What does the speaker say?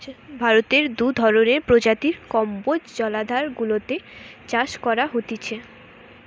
ভারতে দু ধরণের প্রজাতির কম্বোজ জলাধার গুলাতে চাষ করা হতিছে